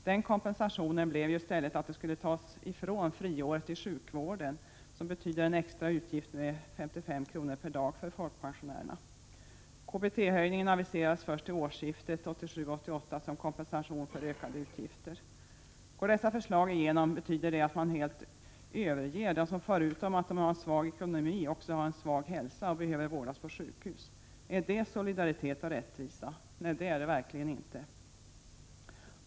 Den kompensationen blev i stället att de skulle fråntas friåret i sjukvården, vilket betyder en extra utgift på 55 kr. per dag för folkpensionärerna. KBT höjningen aviseras först till årsskiftet 1987/88 som kompensation för ökade utgifter. Går dessa förslag igenom, betyder det att man helt överger dem som förutom att de har svag ekonomi också har en svag hälsa och behöver vårdas på sjukhus. Är det solidaritet och rättvisa? Nej, det är det verkligen inte!